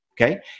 okay